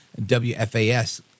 WFAS